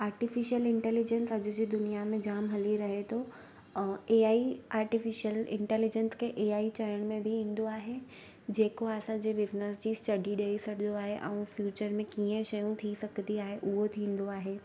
artificial intelligence अॼु जी दुनिया में जाम हली रहे थो ए आई आर्टिफ़िशियल इंटेलिजंट खे ए आई चइण में बि ईंदो आहे जेको असांजे बिज़नस जी स्टडी ॾेई छॾियो आहे ऐं फ्यूचर में कीअं शयूं थी सघंदी आहे उहो थींदो आहे